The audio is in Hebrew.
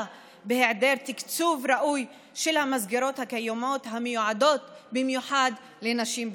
בהיעדר תקצוב ראוי של המסגרות הקיימות המיועדות במיוחד לנשים בסיכון.